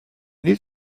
need